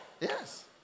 Yes